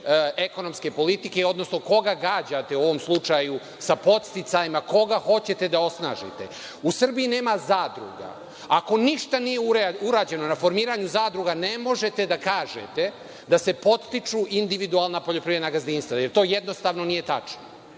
ekonomske politike, odnosno ko ga gađate u ovom slučaju sa podsticajima, koga hoćete da osnažite.U Srbiji nema zadruga. Ako ništa nije urađeno na formiranju zadruga, ne možete da kažete da se podstiču individualna poljoprivredna gazdinstva, jer to jednostavno nije tačno.